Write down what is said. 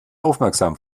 aufmerksam